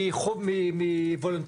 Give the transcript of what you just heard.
מוסד